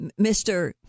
Mr